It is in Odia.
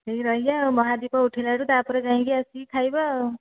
ଠିକ୍ ରହିବା ଆଉ ମହାଦୀପ ଉଠିଲାରୁ ତା'ପରେ ଯାଇକି ଆସିକି ଖାଇବା ଆଉ